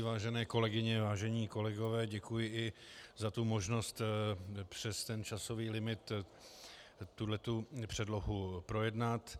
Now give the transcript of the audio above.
Vážené kolegyně, vážení kolegové, děkuji i za tu možnost přes časový limit tuto předlohu projednat.